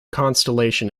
constellation